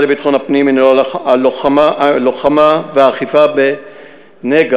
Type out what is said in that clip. לביטחון הפנים הוא הלוחמה והאכיפה בנגע,